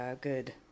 good